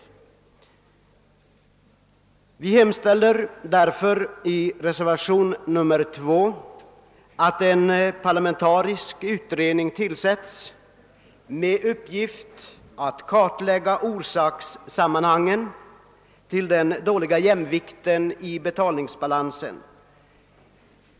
Därför hemställer vi i reservationen 2 att en parlamentarisk utredning tillsätts med uppgift att kartlägga orsakssammanhangen bakom den dåliga jämvikten i betalningsbalansen.